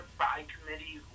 by-committee